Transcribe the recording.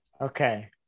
okay